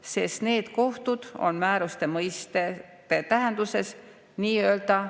sest need kohtud on määruste mõistete tähenduses nii-öelda